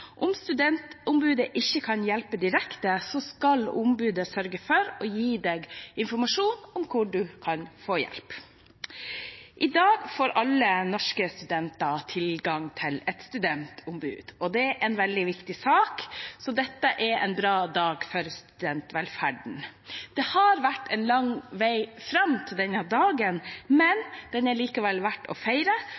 Om studentombudet ikke kan hjelpe direkte, skal ombudet sørge for å gi informasjon om hvor man kan få hjelp. I dag får alle norske studenter tilgang til et studentombud, og det er en veldig viktig sak, så dette er en bra dag for studentvelferden. Det har vært en lang vei fram til denne dagen, men